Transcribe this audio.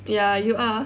ya you are